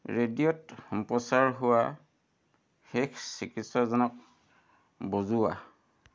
ৰেডিঅ'ত সম্প্ৰচাৰ হোৱা শেষ চিকিৎসকজনক বজোৱা